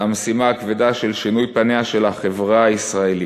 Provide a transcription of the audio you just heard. המשימה הכבדה של שינוי פניה של החברה הישראלית,